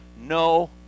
No